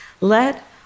let